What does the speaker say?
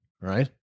right